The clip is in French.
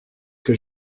que